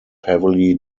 heavily